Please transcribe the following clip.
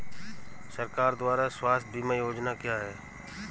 सरकार द्वारा स्वास्थ्य बीमा योजनाएं क्या हैं?